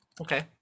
okay